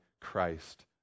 Christ